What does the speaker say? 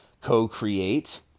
co-create